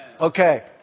Okay